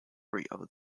discovery